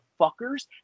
fuckers